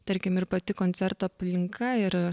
tarkim ir pati koncerto aplinka ir